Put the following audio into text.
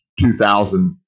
2000